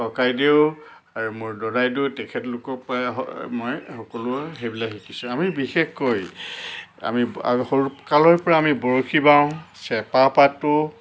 ককাইদেউ আৰু মোৰ দদাইদেউ তেখেতলোকৰ পৰাই হ মই সকলো সেইবিলাক শিকিছোঁ আমি বিশেষকৈ আমি ব সৰুকালৰ পৰা আমি বৰশী বাওঁ চেপা পাতোঁ